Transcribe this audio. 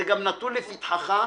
זה גם נתון לפתחך.